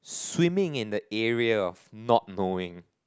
swimming in the area of not knowing